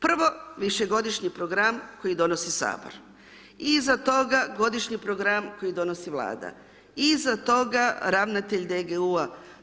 Prvo, Višegodišnji program koji donosi Sabor, iza toga Godišnji program koji donosi Vlada, iza toga ravnatelj DGU-a.